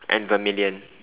and vermilion